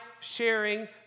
sharing